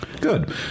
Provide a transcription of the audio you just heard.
Good